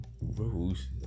Rose